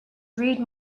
read